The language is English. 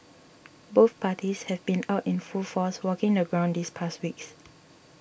both parties have been out in full force walking the ground these past weeks